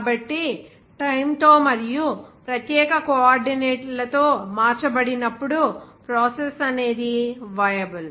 కాబట్టి టైమ్ తో మరియు ప్రత్యేక కోఆర్డినేట్లతో మార్చబడినప్పుడు ప్రాసెస్ అనేది వయబుల్